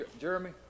Jeremy